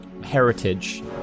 heritage